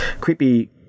creepy